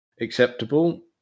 acceptable